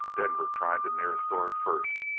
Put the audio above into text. denver tried the nearest door first,